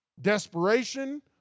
desperation